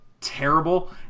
terrible